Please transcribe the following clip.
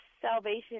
salvation